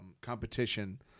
competition